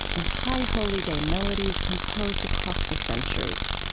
and high holy day melodies composed across the centuries